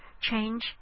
Change